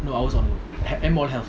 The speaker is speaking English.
no I was on M one health